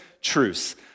Truce